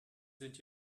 sind